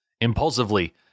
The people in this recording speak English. Impulsively